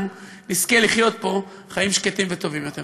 נזכה לחיות פה חיים שקטים וטובים יותר.